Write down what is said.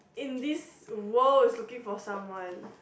in this world is looking for someone